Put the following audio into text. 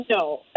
no